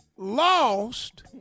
Lost